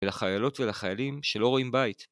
ולחיילות ולחיילים שלא רואים בית.